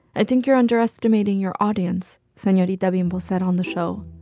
i think you're underestimating your audience, senorita bimbo said on the show.